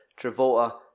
Travolta